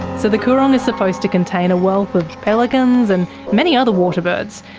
so the coorong is supposed to contain a wealth of pelicans and many other waterbirds,